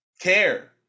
care